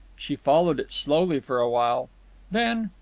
she followed it slowly for a while then,